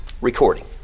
recording